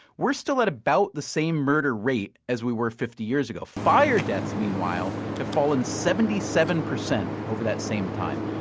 we're still at about the same murder rate as we were fifty years ago. fire deaths, meanwhile, have fallen seventy seven percent over that same time.